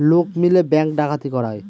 লোক মিলে ব্যাঙ্ক ডাকাতি করায়